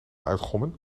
uitgommen